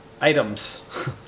items